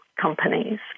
companies